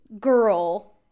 girl